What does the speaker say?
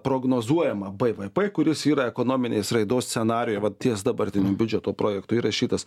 prognozuojamą bvp kuris yra ekonominės raidos scenarijuj vat ties dabartiniu biudžeto projektu įrašytas